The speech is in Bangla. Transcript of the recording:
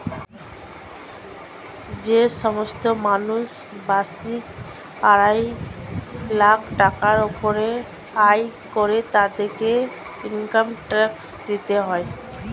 যে সমস্ত মানুষ বার্ষিক আড়াই লাখ টাকার উপরে আয় করে তাদেরকে ইনকাম ট্যাক্স দিতে হয়